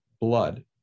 blood